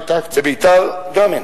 בביתר גם אין.